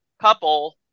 couple